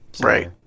Right